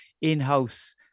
in-house